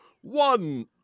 one